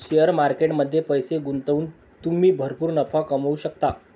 share market मध्ये पैसे गुंतवून तुम्ही भरपूर नफा कमवू शकता